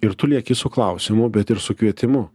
ir tu lieki su klausimu bet ir su kvietimu